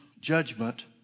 judgment